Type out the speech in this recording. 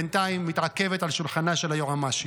בינתיים מתעכבת על שולחנה של היועמ"שית.